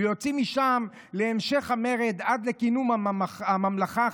ויוצאים משם להמשך המרד עד לכינון הממלכה החשמונאית.